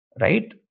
right